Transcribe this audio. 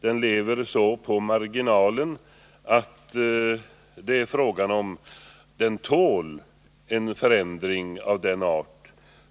Den lever så på marginalen att frågan är om den tål en förändring av den art